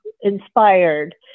inspired